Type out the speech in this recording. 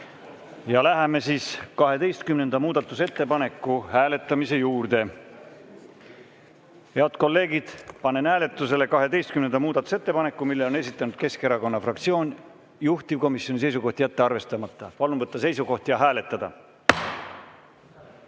Läheme 12. muudatusettepaneku hääletamise juurde. Head kolleegid, panen hääletusele 12. muudatusettepaneku. Selle on esitanud [Eesti] Keskerakonna fraktsioon. Juhtivkomisjoni seisukoht on jätta arvestamata. Palun võtta seisukoht ja hääletada!